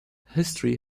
history